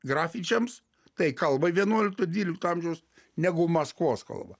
grafičiams tai kalba vienuolikto dvylikto amžiaus negu maskvos kalba